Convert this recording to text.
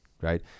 right